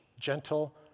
gentle